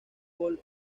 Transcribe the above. gol